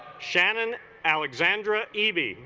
shannon alexandra evie